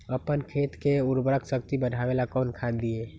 अपन खेत के उर्वरक शक्ति बढावेला कौन खाद दीये?